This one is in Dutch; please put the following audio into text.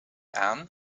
aan